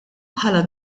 bħala